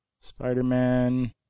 Spider-Man